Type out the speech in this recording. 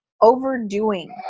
overdoing